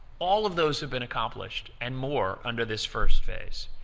all of those have been accomplished and more under this first phase.